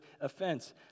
offense